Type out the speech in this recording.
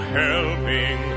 helping